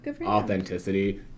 authenticity